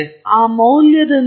ಆದ್ದರಿಂದ ಅವುಗಳು ಎರಡು ವಿಷಯಗಳಾಗಿವೆ